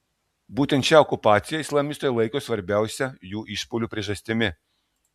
būtent šią okupaciją islamistai laiko svarbiausia jų išpuolių priežastimi